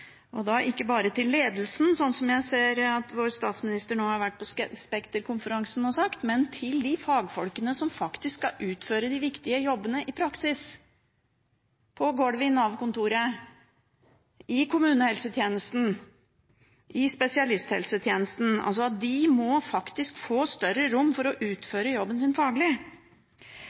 og da ikke bare til ledelsen, som jeg ser at vår statsminister nå har vært på Spekterkonferansen og sagt, men til de fagfolkene som faktisk skal utføre de viktige jobbene i praksis, på golvet på Nav-kontoret, i kommunehelsetjenesten, i spesialisthelsetjenesten. De må faktisk få større rom for å utføre jobben sin faglig.